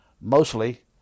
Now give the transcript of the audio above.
mostly